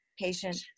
patient